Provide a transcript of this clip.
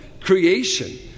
creation